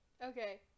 Okay